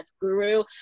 guru